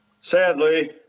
sadly